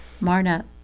Marna